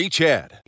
Chad